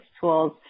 tools